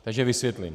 Takže vysvětlím.